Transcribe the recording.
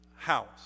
house